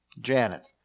Janet